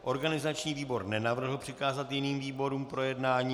Organizační výbor nenavrhl přikázat jiným výborům k projednání.